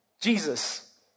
Jesus